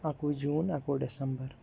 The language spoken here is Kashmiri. اِکہٕ وُہ جوٗن اَکہٕ وُہ ڈسمبَر